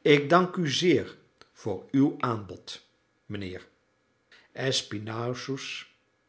ik dank u zeer voor uw aanbod mijnheer